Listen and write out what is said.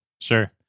Sure